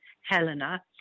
Helena